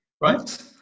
right